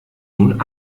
nun